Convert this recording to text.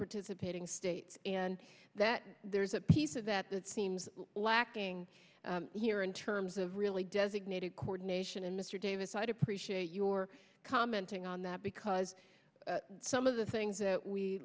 participating states and that there's a piece of that that seems lacking here in terms of really designated coordination and mr davis i'd appreciate your commenting on that because some of the things that we